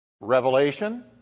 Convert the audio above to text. Revelation